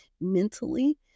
mentally